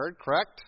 correct